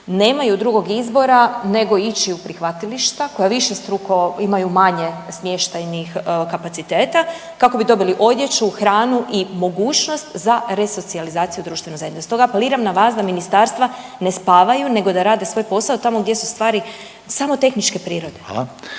nemaju drugog izbora nego ići u prihvatilišta koja višestruko imaju manje smještajnih kapaciteta kako bi dobili odjeću, hranu i mogućnost za resocijalizaciju društvene zajednice. Stoga apeliram na vas da ministarstva ne spavaju nego da rade svoj posao, tamo gdje su stvari samo tehničke prirode.